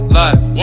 life